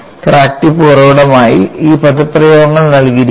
crack tip ഉറവിടമായി ഈ പദപ്രയോഗങ്ങൾ നൽകിയിരിക്കുന്നു